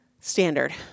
Standard